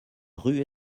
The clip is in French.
rue